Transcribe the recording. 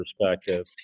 perspective